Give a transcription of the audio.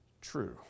true